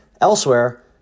Elsewhere